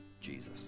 Jesus